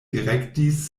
direktis